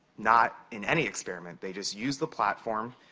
not in any experiment. they just used the platform.